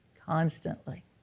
Constantly